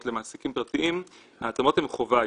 למעסיקים פרטיים ההתאמות הן חובה היום.